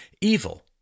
evil